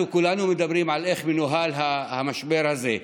אנחנו כולנו מדברים על איך מנוהל המשבר הזה,